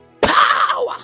power